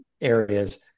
areas